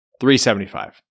375